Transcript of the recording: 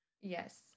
Yes